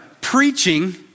preaching